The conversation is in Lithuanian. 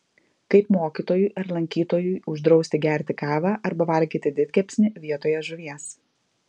kaip mokytojui ar lankytojui uždrausi gerti kavą arba valgyti didkepsnį vietoje žuvies